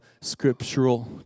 scriptural